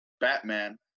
Batman